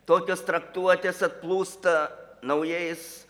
tokias traktuotes atplūsta naujais